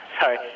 sorry